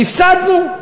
והפסדנו.